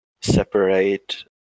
separate